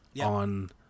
on